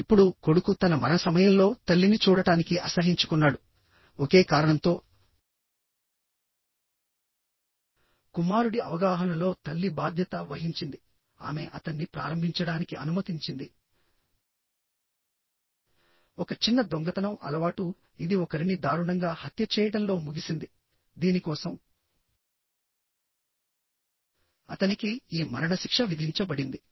ఇప్పుడుకొడుకు తన మరణ సమయంలోతల్లిని చూడటానికి అసహ్యించుకున్నాడుఒకే కారణంతో కుమారుడి అవగాహనలో తల్లి బాధ్యత వహించిందిఆమె అతన్ని ప్రారంభించడానికి అనుమతించింది ఒక చిన్న దొంగతనం అలవాటు ఇది ఒకరిని దారుణంగా హత్య చేయడంలో ముగిసిందిదీని కోసం అతనికి ఈ మరణశిక్ష విధించబడింది